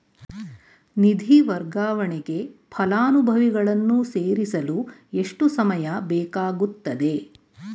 ನಿಧಿ ವರ್ಗಾವಣೆಗೆ ಫಲಾನುಭವಿಗಳನ್ನು ಸೇರಿಸಲು ಎಷ್ಟು ಸಮಯ ಬೇಕಾಗುತ್ತದೆ?